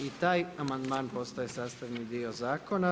I taj amandman postaje sastavni dio zakona.